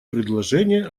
предложение